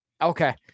Okay